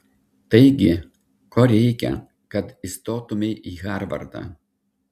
taigi ko reikia kad įstotumei į harvardą